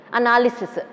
analysis